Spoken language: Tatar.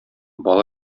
бала